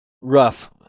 rough